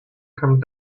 come